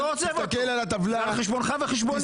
זה על חשבונך ועל חשבוני.